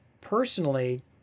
personally